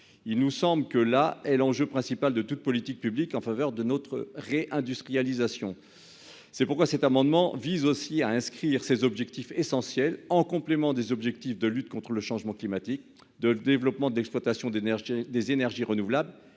Il me semble que tel est l'enjeu premier de toute politique publique en faveur de la réindustrialisation de notre pays. Cet amendement vise ainsi à inscrire ces objectifs essentiels, en complément des objectifs de lutte contre le changement climatique, de développement de l'exploitation des énergies renouvelables